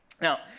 Now